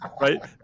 Right